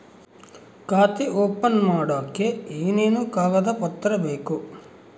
ಖಾತೆ ಓಪನ್ ಮಾಡಕ್ಕೆ ಏನೇನು ಕಾಗದ ಪತ್ರ ಬೇಕು?